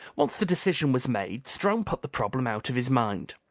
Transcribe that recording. once the decision was made, strong put the problem out of his mind.